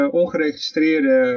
ongeregistreerde